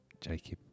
Jacob